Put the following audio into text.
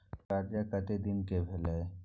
कर्जा कत्ते दिन के भेलै?